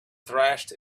thrashed